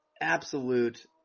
Absolute